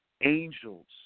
angels